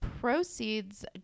Proceeds